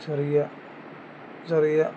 ചെറിയ ചെറിയ